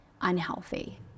unhealthy